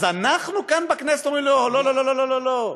אז אנחנו כאן בכנסת אומרים לו: לא, לא, לא.